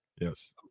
yes